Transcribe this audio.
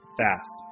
fast